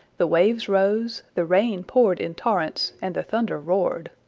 the waves rose, the rain poured in torrents, and the thunder roared.